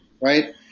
right